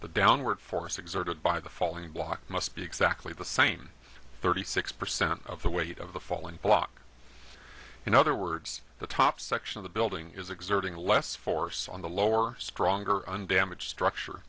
the downward force exerted by the falling block must be exactly the same thirty six percent of the weight of the falling block in other words the top section of the building is exerting less force on the lower stronger undamaged structure